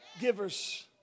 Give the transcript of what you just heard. Givers